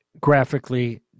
graphically –